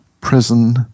prison